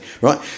right